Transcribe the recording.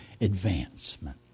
advancement